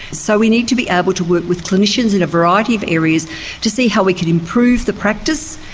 so we need to be able to work with clinicians in a variety of areas to see how we can improve the practice,